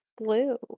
blue